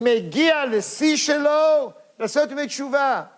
מגיע לשיא שלו בעשרת ימי תשובה